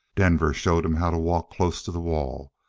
denver showed him how to walk close to the wall,